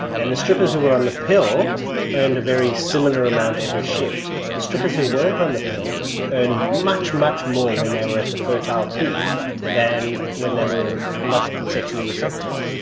and the strippers who were on the pill earned a very similar amount every shift. the strippers who weren't on the pill earned much, much more when they were at the fertile peak than when they were not sexually receptive.